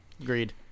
agreed